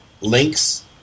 links